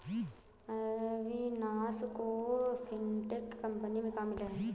अविनाश को fintech company में काम मिला है